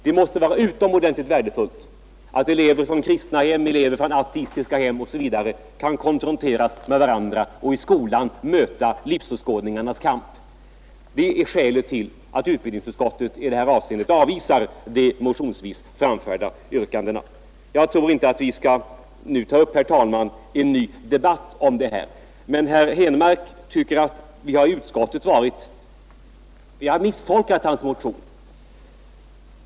Det måste vara utomordentligt värdefullt att elever från kristna hem, från ateistiska hem osv. konfronteras med varandra och i skolan möter livsåskådningarnas kamp. Detta är skälet till att utbildningsutskottet avvisar de motionsvis framförda yrkandena. Jag tror inte, herr talman, att vi skall ta upp en ny debatt om detta. Herr Henmark tycker emellertid att vi i utskottet har misstolkat hans motion.